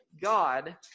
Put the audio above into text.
God